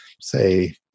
say